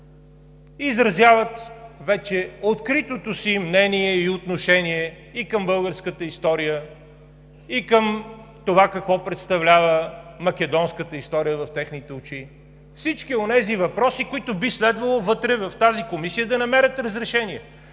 изразяват вече откритото си мнение и отношение и към българската история, и към това какво представлява македонската история в техните очи, всички онези въпроси, които би следвало вътре в тази комисия, да намерят разрешение.